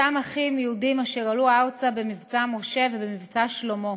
אותם אחים יהודים אשר עלו ארצה במבצע משה ובמבצע שלמה.